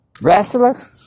wrestler